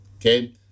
Okay